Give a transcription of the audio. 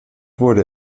wurde